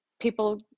people